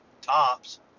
tops